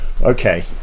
Okay